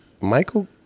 Michael